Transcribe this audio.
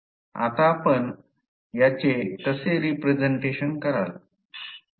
आता आपण याचे कसे रिप्रेझेंटेशन कराल